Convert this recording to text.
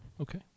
Okay